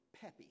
peppy